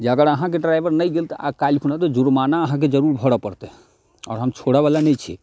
जे अगर अहाँके ड्राइवर नहि गेल तऽ काल्हिखना जुर्माना अहाँके जरूर भरऽ पड़तै आओर हम छोड़ऽवला नहि छी